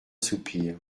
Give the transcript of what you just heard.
soupir